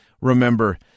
Remember